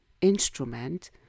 instrument